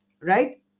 Right